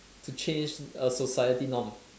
to change err society norm